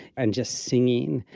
and just singing.